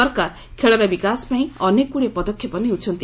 ସରକାର ଖେଳର ବିକାଶ ପାଇଁ ଅନେକଗୁଡ଼ିଏ ପଦକ୍ଷେପ ନେଉଛନ୍ତି